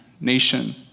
nation